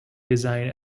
design